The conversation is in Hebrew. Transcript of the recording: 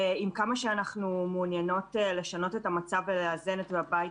עם כמה שאנחנו מעוניינות לשנות את המצב ולאזן בין בית